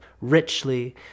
richly